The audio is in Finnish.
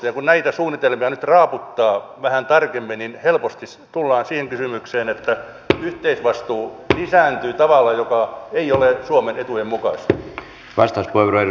kun näitä suunnitelmia nyt raaputtaa vähän tarkemmin niin helposti tullaan siihen kysymykseen että yhteisvastuu lisääntyy tavalla joka ei ole suomen etujen mukaista